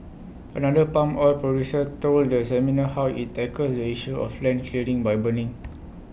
another palm oil producer told the seminar how IT tackles the issue of land clearing by burning